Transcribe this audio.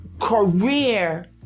career